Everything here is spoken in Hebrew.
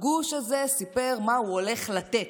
הגוש הזה סיפר מה הוא הולך לתת,